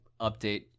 update